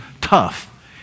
tough